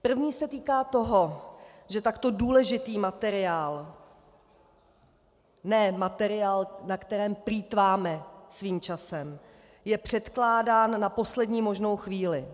První se týká toho, že takto důležitý materiál, ne materiál, na kterém plýtváme svým časem, je předkládán na poslední možnou chvíli.